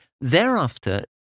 Thereafter